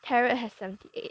tarot has seventy eight